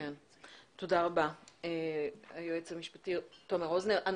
תודה רבה היועץ המשפטי תומר רוזנר.